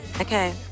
Okay